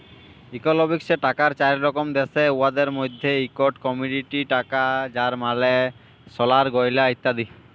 ইকলমিক্সে টাকার চার রকম দ্যাশে, উয়াদের মইধ্যে ইকট কমডিটি টাকা যার মালে সলার গয়লা ইত্যাদি